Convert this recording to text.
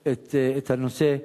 את הנושא.